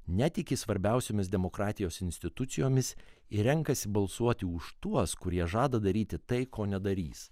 netiki svarbiausiomis demokratijos institucijomis ir renkasi balsuoti už tuos kurie žada daryti tai ko nedarys